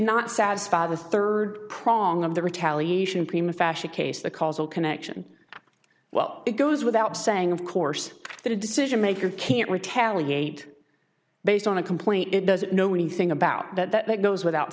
not satisfy the third prong of the retaliation prima fashion case the causal connection well it goes without saying of course that a decision maker can't retaliate based on a complaint it doesn't know anything about that that goes without